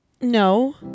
No